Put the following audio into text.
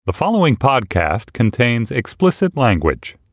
the following podcast contains explicit language